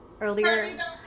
earlier